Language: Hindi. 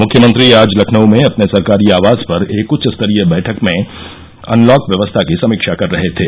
मुख्यमंत्री आज लखनऊ में अपने सरकारी आवास पर एक उच्चस्तरीय बैठक में अनलॉक व्यवस्था की समीक्षा कर रहे थे